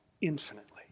infinitely